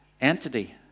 entity